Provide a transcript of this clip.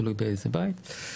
תלוי באיזה בית.